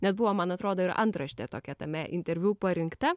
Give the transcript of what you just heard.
net buvo man atrodo ir antraštė tokia tame interviu parinkta